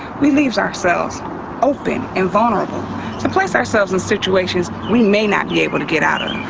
we leaves ourselves open and vulnerable to place ourselves in situations we may not be able to get out of.